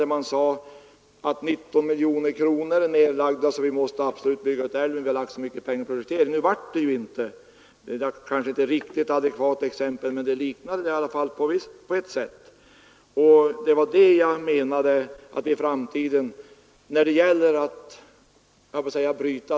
Det sades då att 19 miljoner kronor nedlagts för projekteringen och att man därför måste bygga ut älven. Nu blev det inte så. Exemplet är inte riktigt adekvat men liknar ändå detta på ett sätt.